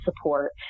support